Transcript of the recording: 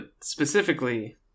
specifically